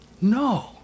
No